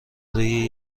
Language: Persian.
روی